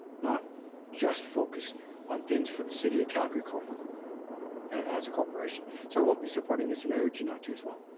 not just focus on things for the city of calgary corporate as a corporation. so i won't be supporting this and i urge you not to as well.